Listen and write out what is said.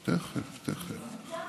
אתה עושה טובות?